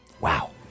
Wow